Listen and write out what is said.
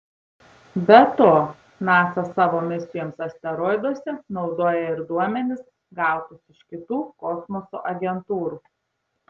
be to nasa savo misijoms asteroiduose naudoja ir duomenis gautus iš kitų kosmoso agentūrų